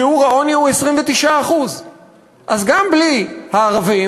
שיעור העוני הוא 29%. אז גם בלי הערבים,